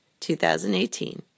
2018